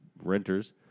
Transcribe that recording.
Renters